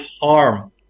harm